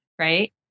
Right